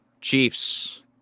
Chiefs